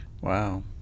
Wow